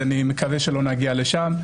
ואני מקווה שלא נגיע לשם,